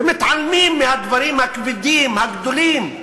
ומתעלמים מהדברים הכבדים, הגדולים.